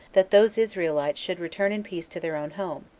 that those israelites should return in peace to their own home,